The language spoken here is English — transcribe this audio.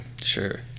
sure